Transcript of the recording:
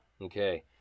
Okay